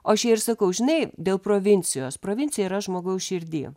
o aš jai ir sakau žinai dėl provincijos provincija yra žmogaus širdy